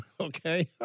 okay